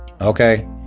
Okay